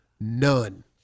None